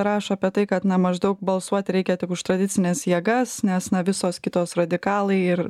rašo apie tai kad na maždaug balsuoti reikia tik už tradicines jėgas nes na visos kitos radikalai ir